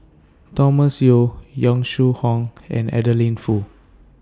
Thomas Yeo Yong Shu Hoong and Adeline Foo